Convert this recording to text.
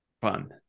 fun